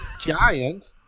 giant